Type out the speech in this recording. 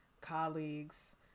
colleagues